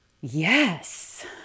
Yes